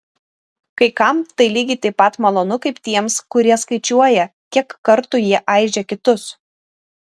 kai kam tai lygiai taip pat malonu kaip tiems kurie skaičiuoja kiek kartų jie aižė kitus